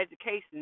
education